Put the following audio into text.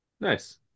Nice